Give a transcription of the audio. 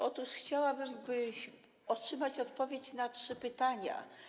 Otóż chciałabym otrzymać odpowiedź na trzy pytania.